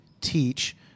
teach